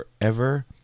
forever